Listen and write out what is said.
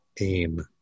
AIM